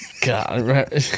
God